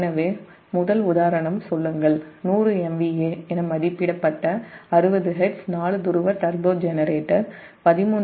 எனவே முதல் உதாரணம் 100 MVA என மதிப்பிடப்பட்ட 60 ஹெர்ட்ஸ் 4 துருவ டர்போ ஜெனரேட்டர் 13